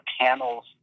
panels